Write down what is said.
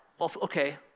Okay